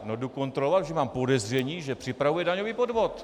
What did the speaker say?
No jdu kontrolovat, že mám podezření, že připravuje daňový podvod.